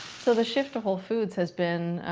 so, the shift to whole foods, has been,